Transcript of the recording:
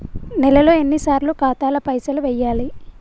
నెలలో ఎన్నిసార్లు ఖాతాల పైసలు వెయ్యాలి?